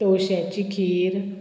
तोश्यांची खीर